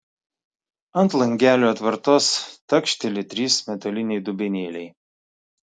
ant langelio atvartos takšteli trys metaliniai dubenėliai